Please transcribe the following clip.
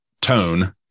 tone